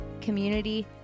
community